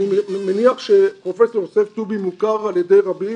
אני מניח שפרופ' יוסף טובי מוכר על ידי רבים,